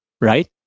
Right